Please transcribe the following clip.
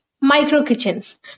micro-kitchens